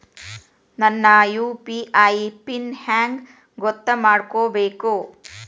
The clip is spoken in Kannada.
ನನ್ನ ಯು.ಪಿ.ಐ ಪಿನ್ ಹೆಂಗ್ ಗೊತ್ತ ಮಾಡ್ಕೋಬೇಕು?